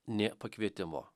nė pakvietimo